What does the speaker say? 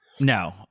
No